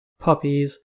puppies